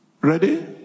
Ready